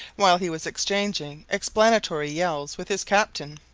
while he was exchanging explanatory yells with his captain,